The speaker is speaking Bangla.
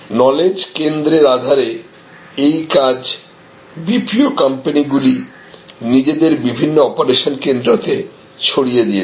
নলেজ কেন্দ্রের আধারে এই কাজ BPO কোম্পানী গুলি নিজেদের বিভিন্ন অপারেশন কেন্দ্রতে ছড়িয়ে দিয়েছে